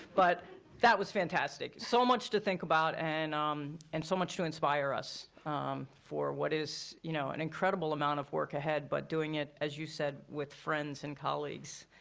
but that was fantastic. so much to think about and um and so much to inspire us for what is you know an incredible amount of work ahead, but doing it, as you said, with friends and colleagues.